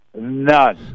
None